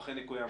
אכן יקוים.